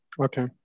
Okay